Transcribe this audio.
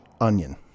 onion